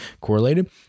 correlated